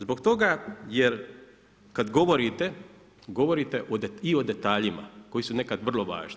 Zbog toga jer kad govorite, govorite i o detaljima, koji su nekad vrlo važni.